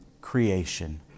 creation